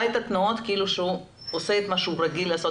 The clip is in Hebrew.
את התנועות כאילו שהוא עושה את מה שהוא רגיל לעשות,